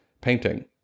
Painting